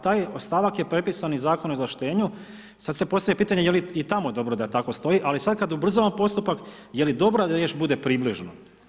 Taj stavak je prepisan iz Zakona o izvlaštenju, sad se postavlja pitanje je li i tamo dobro da tako stoji, ali sad kad ubrzamo postupak, je li dobra da riječ bude približno?